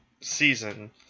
season